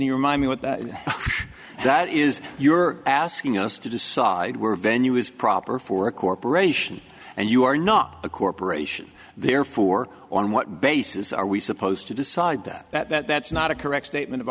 you remind me what the that is you're asking us to decide where venue is proper for a corporation and you are not a corporation therefore on what basis are we supposed to decide that that's not a correct statement of